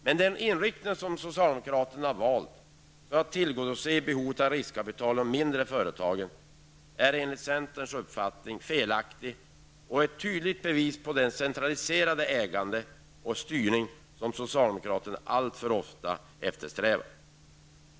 Men den inriktning som socialdemokraterna har valt för att tillgodose behovet av riskkapital i de mindre företagen är enligt centerns uppfattning felaktig och ett tydligt bevis på det centraliserade ägande och den styrning som socialdemokraterna alltför ofta eftersträvar.